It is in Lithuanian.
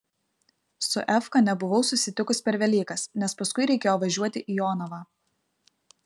su efka nebuvau susitikus per velykas nes paskui reikėjo važiuoti į jonavą